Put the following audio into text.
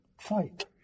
fight